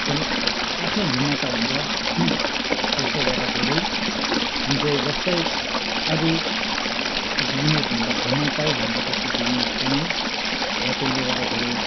चाहिँ आफ्नै भिन्नता हुन्छ त्यसले गर्दाखेरि जुन चाहिँ जस्तै अरू बिजनेसभन्दा भिन्नतै हुन्छ त्यसको बिजनेस पनि त्यसले गर्दाखेरि